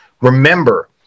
Remember